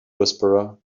whisperer